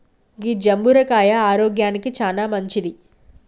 గీ జంబుర కాయ ఆరోగ్యానికి చానా మంచింది